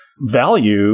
value